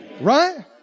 Right